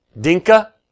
Dinka